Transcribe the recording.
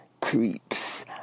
creeps